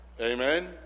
Amen